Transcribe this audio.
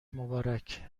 مبارک